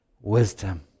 Wisdom